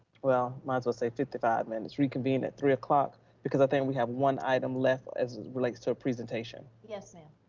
well, might as well say fifty five minutes, reconvene at three o'clock because i think we have one item left as it relates to a presentation. yes ma'am.